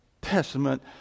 Testament